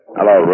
Hello